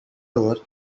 door